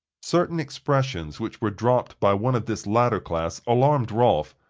certain expressions which were dropped by one of this latter class alarmed rolf,